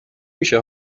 میشه